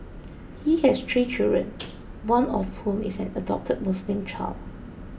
he has three children one of whom is an adopted Muslim child